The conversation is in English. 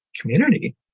community